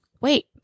wait